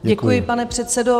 Děkuji, pane předsedo.